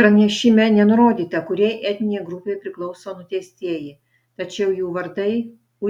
pranešime nenurodyta kuriai etninei grupei priklauso nuteistieji tačiau jų vardai